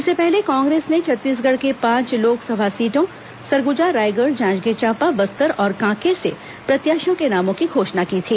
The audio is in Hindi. इससे पहले कांग्रेस ने छत्तीसगढ़ के पांच लोकसभा सीटों सरगुजा रायगढ़ जांजगीर चांपा बस्तर और कांकेर से प्रत्याशियों के नामों की घोषणा की थी